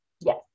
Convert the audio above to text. Yes